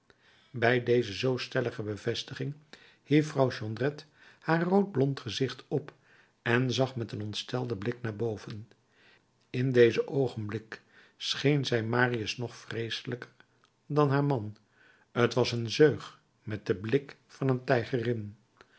bij deze zoo stellige bevestiging hief vrouw jondrette haar rood blond gezicht op en zag met een ontstelden blik naar boven in dezen oogenblik scheen zij marius nog vreeselijker dan haar man t was een zeug met den blik van een tijgerin